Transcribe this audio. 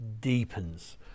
deepens